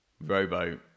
Robo